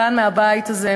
כאן מהבית הזה,